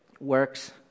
Works